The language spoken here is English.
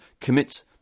commits